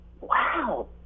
wow